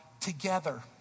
together